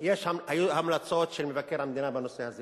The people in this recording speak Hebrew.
היו המלצות של מבקר המדינה בנושא הזה